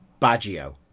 Baggio